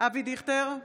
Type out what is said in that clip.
אבי דיכטר,